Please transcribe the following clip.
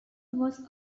was